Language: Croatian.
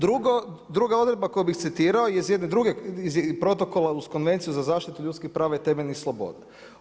Drugo, druga odredba koju bih citirao je iz Protokola uz Konvenciju za zaštitu ljudskih prava i temeljnih sloboda.